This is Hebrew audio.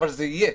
אבל זה יהיה,